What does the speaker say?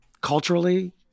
Culturally